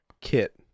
kit